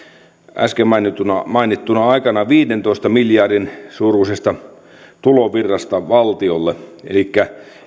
äsken mainittuna mainittuna aikana viidentoista miljardin suuruisesta tulovirrasta valtiolle elikkä